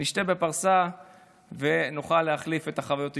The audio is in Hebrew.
נשתה בפרסה ונוכל להחליף את החוויות האישיות.